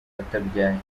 atabyaye